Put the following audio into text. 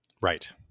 right